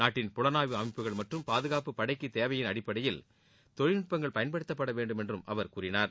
நாட்டின் புலனாய்வு அமைப்புகள் மற்றும் பாதுகாப்பு படைக்குத் தேவையின் அடைப்படையில் தொழில்நுட்பங்கள் பயன்படுத்தப்பட வேண்டும் என்று அவர் கூறினார்